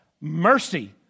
mercy